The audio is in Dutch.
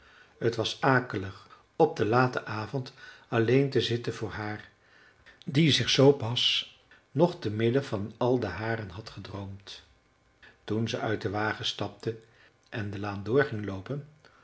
t was akelig op den laten avond alleen te zitten voor haar die zich zoo pas nog te midden van al de haren had gedroomd toen ze uit den wagen stapte en de laan door ging loopen